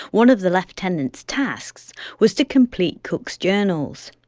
one of the lieutenant's tasks was to complete cook's journals.